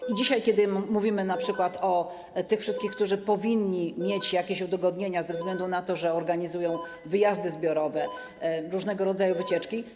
I dzisiaj, kiedy mówimy np. o tych wszystkich, którzy powinni mieć jakieś udogodnienia ze względu na to, że organizują wyjazdy zbiorowe, różnego rodzaju wycieczki.